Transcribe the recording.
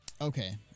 Okay